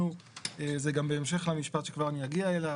זה גם בהמשך למשפט שאני אגיע אליו.